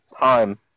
time